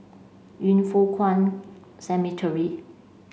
Yin Foh Kuan Cemetery